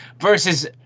versus